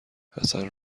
حسن